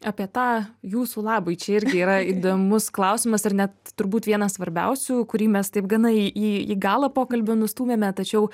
apie tą jūsų labui čia irgi yra įdomus klausimas ir net turbūt vienas svarbiausių kurį mes taip gana į į į galą pokalbio nustūmėme tačiau